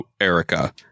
Erica